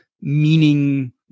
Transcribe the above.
meaning